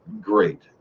great